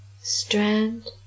strand